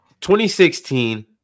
2016